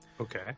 okay